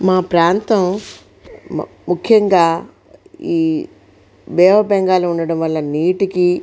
మా ప్రాంతం ముఖ్యంగా ఈ బే ఆఫ్ బెంగాల్ ఉండడం వల్ల నీటికి